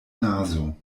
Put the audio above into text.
nazo